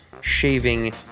Shaving